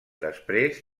després